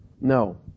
No